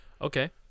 Okay